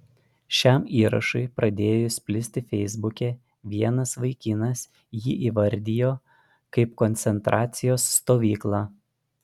šiam įrašui pradėjus plisti feisbuke vienas vaikinas jį įvardijo kaip koncentracijos stovyklą